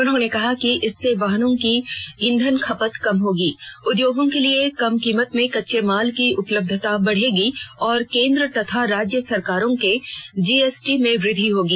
उन्होंने कहा कि इससे वाहनों की ईंधन खपत कम होगी उद्योगों के लिए कम कीमत में कच्चे माल की उपलब्धता बढ़ेगी और केन्द्र तथा राज्य सरकारों के जीएसटी में वृद्धि होगी